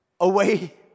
away